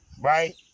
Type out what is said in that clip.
right